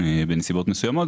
בנסיבות מסוימות.